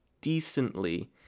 decently